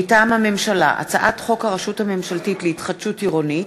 מטעם הממשלה: הצעת חוק הרשות הממשלתית להתחדשות עירונית,